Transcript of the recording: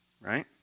right